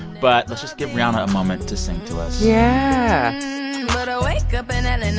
but let's just give rihanna a moment to sing to us yeah but i wake up and and and